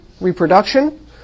reproduction